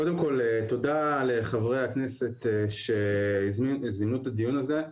קודם כל תודה לחברי הכנסת שהזמינו את הדיון הזה.